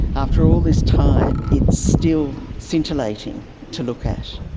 after all this time it's still scintillating to look at.